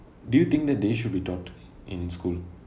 do you think that they should be taught in school